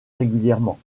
régulièrement